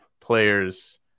players